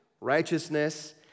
righteousness